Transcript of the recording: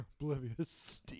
Oblivious